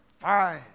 fine